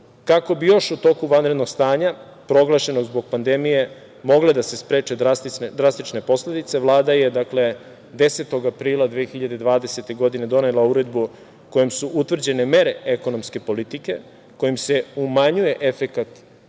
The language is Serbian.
Kako bi još u toku vanrednog stanja proglašenog zbog pandemije mogle da se spreče drastične posledice, Vlada je 10. aprila 2020. godine donela uredbu kojom su utvrđene mere ekonomske politike kojim se umanjuje efekat